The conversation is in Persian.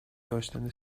داشتن